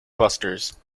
clusters